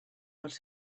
els